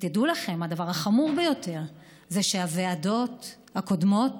ותדעו לכם, הדבר החמור ביותר הוא שהוועדות הקודמות